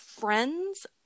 friends